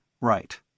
Right